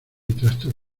trastos